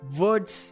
words